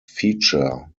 feature